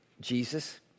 Jesus